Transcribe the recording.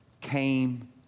came